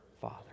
Father